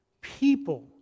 people